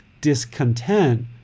discontent